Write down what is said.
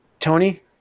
Tony